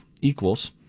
equals